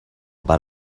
but